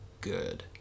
good